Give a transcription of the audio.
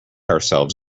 ourselves